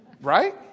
Right